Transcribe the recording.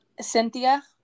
Cynthia